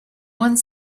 one